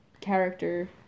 character